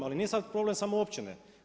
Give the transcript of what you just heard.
Ali nije sad problem samo općine.